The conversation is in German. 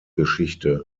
geschichte